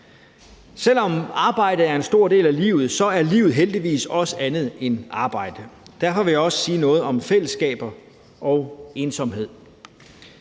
Selv om arbejdet er en stor del af livet, er livet heldigvis også andet end arbejde. Derfor vil jeg også sige noget om fællesskaber og ensomhed.